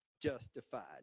justified